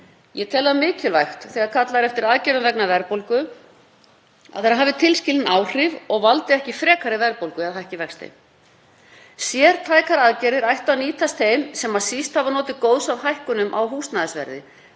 Ég tel það mikilvægt þegar kallað er eftir aðgerðum vegna verðbólgu að þær hafi tilskilin áhrif, og valdi ekki frekari verðbólgu eða hækki vexti. Sértækar aðgerðir ættu að nýtast þeim sem síst hafa notið góðs af hækkunum á húsnæðisverði.